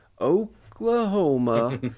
Oklahoma